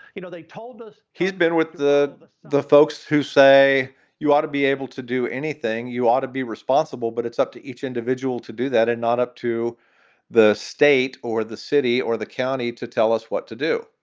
you know, they told us he'd been with the the folks who say you ought to be able to do anything, you ought to be responsible. but it's up to each individual to do that and not up to the state or the city or the county to tell us what to do.